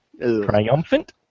Triumphant